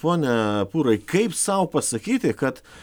pone pūrai kaip sau pasakyti kad